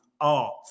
art